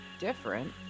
different